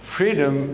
Freedom